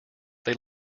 they